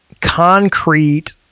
concrete